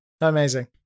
Amazing